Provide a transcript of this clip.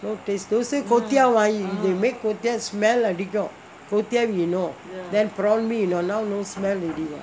those days kuay teow ah you they make kuay teow ah smell அடிக்கும்:adikkum kuay teow we know prawn mee we know now no smell already lah